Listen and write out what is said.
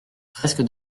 presque